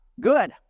good